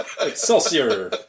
Excelsior